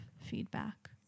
feedback